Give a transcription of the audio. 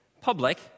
public